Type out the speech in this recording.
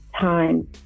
time